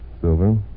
silver